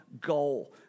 goal